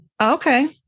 Okay